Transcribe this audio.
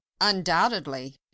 undoubtedly